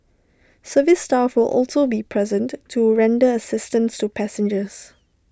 service staff will also be present to render assistance to passengers